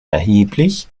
erheblich